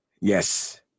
Yes